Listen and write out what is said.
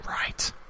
right